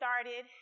started